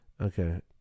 okay